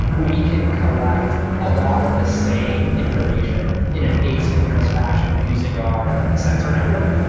we can collect a lot of the same information in an asynchronous fashion using our sensor network.